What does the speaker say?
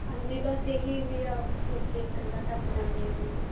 ਹਾਂਜੀ ਬਸ ਇਹੀ ਵੀ ਆ ਬੱਚੇ ਕੰਧਾਂ ਟੱਪ ਜਾਂਦੇ ਨੇ